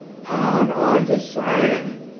on, on to zion!